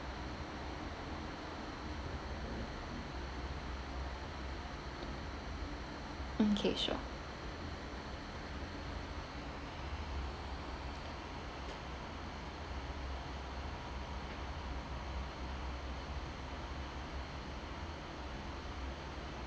okay sure